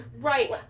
Right